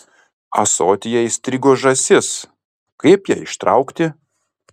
ąsotyje įstrigo žąsis kaip ją ištraukti